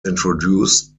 introduced